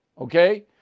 okay